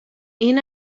این